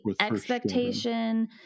expectation